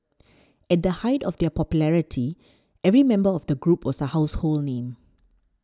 at the height of their popularity every member of the group was a household name